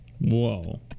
whoa